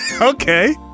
Okay